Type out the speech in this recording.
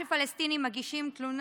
הזמן שיתחילו לטפל בטרור